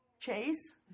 Chase